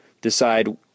decide